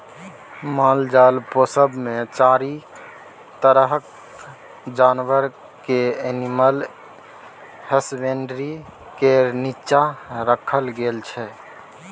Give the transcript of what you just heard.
मालजाल पोसब मे चारि तरहक जानबर केँ एनिमल हसबेंडरी केर नीच्चाँ राखल गेल छै